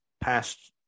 past